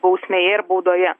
bausmėje ir baudoje